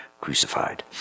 crucified